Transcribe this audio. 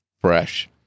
fresh